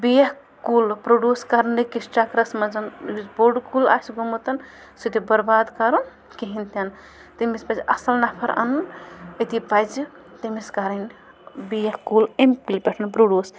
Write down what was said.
بیکھ کُل پرٛوڈوٗس کَرنہٕ کِس چَکرَس منٛز یُس بوٚڑ کُل آسہِ گوٚمُت سُہ تہِ بُرباد کَرُن کِہیٖنۍ تہِ نہٕ تٔمِس پَزِ اَصٕل نَفَر اَنُن أتۍ پَزِ تٔمِس کَرٕنۍ بیکھ کُل ایٚمۍ کُلہِ پٮ۪ٹھ پرٛوڈوٗس